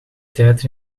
tijd